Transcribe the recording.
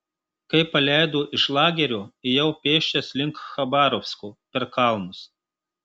kai paleido iš lagerio ėjau pėsčias link chabarovsko per kalnus